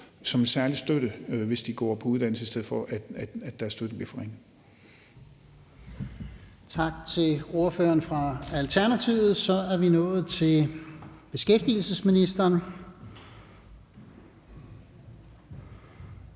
som en særlig støtte, hvis de tager en uddannelse, i stedet for at deres støtte bliver forringet.